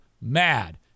MAD